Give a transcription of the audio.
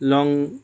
long